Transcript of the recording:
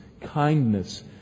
kindness